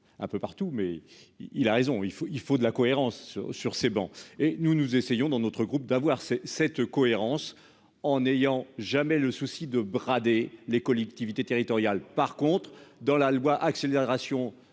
un peu partout mais il a raison, il faut, il faut de la cohérence sur ces bancs et nous nous essayons dans notre groupe d'avoir c'est cette cohérence en n'ayant jamais le souci de brader les collectivités territoriales. Par contre dans la loi, accélération